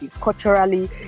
culturally